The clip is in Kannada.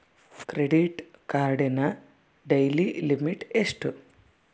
ಕ್ರೆಡಿಟ್ ಕಾರ್ಡಿನ ಡೈಲಿ ಲಿಮಿಟ್ ಎಷ್ಟು?